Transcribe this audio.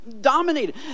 dominated